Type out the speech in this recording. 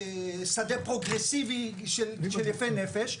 מאיזה שדה פרוגרסיבי של יפי נפש,